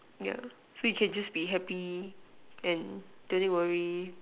yeah so you can just be happy and don't need to worry